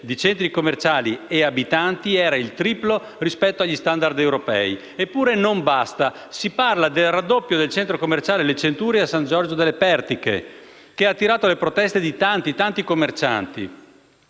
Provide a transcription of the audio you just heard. di centri commerciali e abitanti era il triplo rispetto agli *standard* europei. Eppure non basta: si parla del raddoppio del centro commerciale Le Centurie a San Giorgio delle Pertiche, che ha attirato le proteste di tanti commercianti;